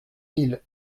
mille